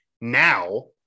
now